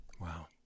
Wow